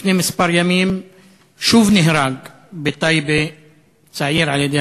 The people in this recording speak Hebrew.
לפני כמה ימים שוב נהרג בטייבה צעיר על-ידי